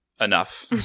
enough